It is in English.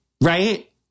right